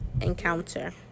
encounter